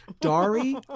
Dari